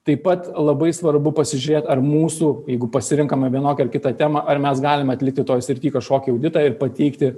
taip pat labai svarbu pasižiūrėt ar mūsų jeigu pasirenkama vienokia ar kita tema ar mes galim atlikti toj srity kažkokį auditą ir pateikti